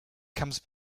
comes